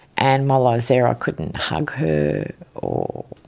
and while i was there i couldn't hug her or